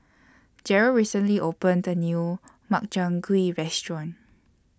Jerrel recently opened The New Makchang Gui Restaurant